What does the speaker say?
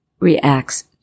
reacts